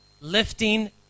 lifting